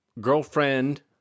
girlfriend